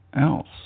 else